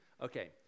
Okay